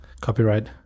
Copyright